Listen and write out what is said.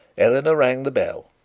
eleanor rang the bell,